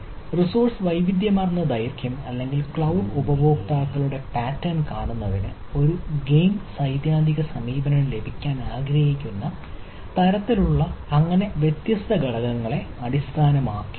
resources വൈവിധ്യമാർന്ന ദൈർഘ്യം അല്ലെങ്കിൽ ക്ലൌഡ് ഉപയോക്താക്കളുടെ പാറ്റേൺ കാണുന്നതിന് ഒരു ഗെയിം സൈദ്ധാന്തിക സമീപനം ലഭിക്കാൻ ആഗ്രഹിക്കുന്ന തരത്തിലുള്ള തരം എന്നിങ്ങനെയുള്ള വ്യത്യസ്ത ഘടകങ്ങളെ അടിസ്ഥാനമാക്കിയാണ്